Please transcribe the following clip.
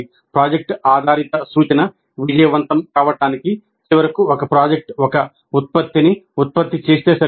project ఆధారిత సూచన విజయవంతం కావడానికి చివరకు ఒక ప్రాజెక్ట్ ఒక ఉత్పత్తిని ఉత్పత్తి చేస్తే సరిపోదు